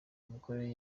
imikorere